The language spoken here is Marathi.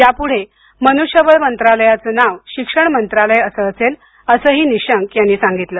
यापुढे मनुष्यबळ मंत्रालयाचं नाव शिक्षण मंत्रालय असं असेल असं ही निशंक यांनी सांगितलं